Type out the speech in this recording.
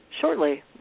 shortly